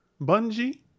Bungie